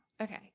Okay